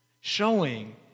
showing